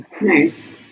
Nice